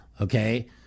okay